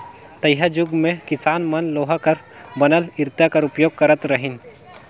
तइहाजुग मे किसान मन लोहा कर बनल इरता कर उपियोग करत रहिन